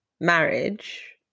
marriage